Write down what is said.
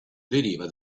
deriva